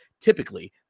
Typically